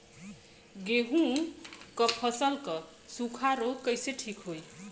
गेहूँक फसल क सूखा ऱोग कईसे ठीक होई?